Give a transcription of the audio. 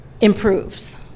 improves